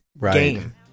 game